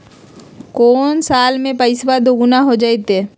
को साल में पैसबा दुगना हो जयते?